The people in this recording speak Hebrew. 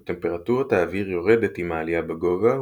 בו טמפרטורת האוויר יורדת עם העלייה בגובה,